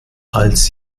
als